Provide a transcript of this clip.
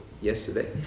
yesterday